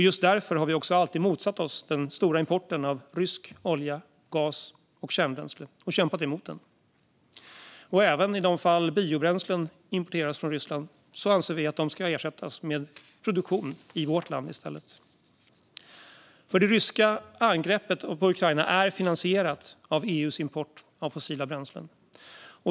Just därför har vi alltid motsatt oss den stora importen av rysk olja och gas och ryskt kärnbränsle och kämpat emot den. Även i de fall där biobränslen importeras från Ryssland anser vi att de ska ersättas med produktion i vårt land i stället. Det ryska angreppet på Ukraina är finansierat av EU:s import av fossila bränslen.